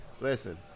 Listen